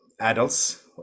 adults